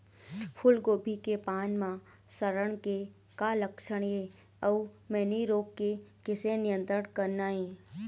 फूलगोभी के पान म सड़न के का लक्षण ये अऊ मैनी रोग के किसे नियंत्रण करना ये?